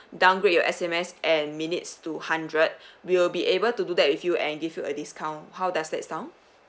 downgrade your S_M_S and minutes to hundred we'll be able to do that if you and give you a discount how does that sound